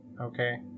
Okay